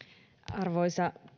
arvoisa